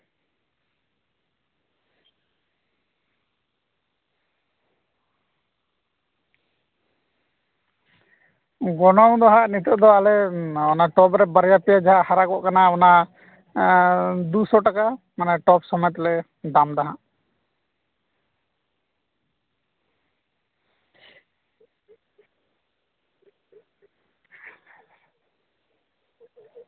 ᱜᱚᱱᱚᱝ ᱫᱚ ᱦᱟᱸᱜ ᱱᱤᱛᱳᱜ ᱫᱚ ᱟᱞᱮ ᱚᱱᱟ ᱴᱚᱯᱨᱮ ᱵᱟᱨᱭᱟ ᱯᱮᱭᱟ ᱡᱟᱦᱟᱸ ᱦᱟᱨᱟ ᱜᱚᱫ ᱟᱠᱟᱱᱟ ᱚᱱᱟ ᱫᱩᱥᱚ ᱴᱟᱠᱟ ᱢᱟᱱᱮ ᱴᱚᱯ ᱥᱚᱢᱮᱛ ᱞᱮ ᱫᱟᱢ ᱮᱫᱟ ᱦᱟᱸᱜ